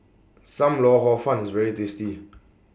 SAM Lau Hor Fun IS very tasty